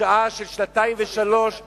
שעה של שנתיים ושלוש שנים.